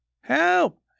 Help